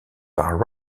par